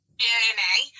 journey